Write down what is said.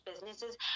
businesses